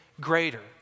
greater